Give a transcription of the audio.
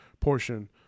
portion